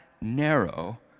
narrow